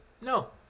No